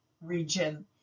region